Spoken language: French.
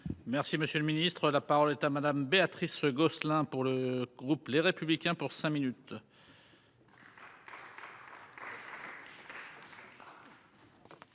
Merci, monsieur le Ministre, la parole est à madame Béatrice Gosselin pour le groupe Les Républicains pour cinq minutes.